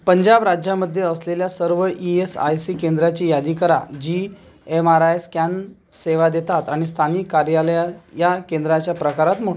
पंजाब राज्यामध्ये असलेल्या सर्व ई एस आय सी केंद्राची यादी करा जी एम आर आय स्कॅन सेवा देतात आणि स्थानिक कार्यालया या केंद्राच्या प्रकारात मोड